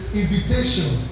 invitation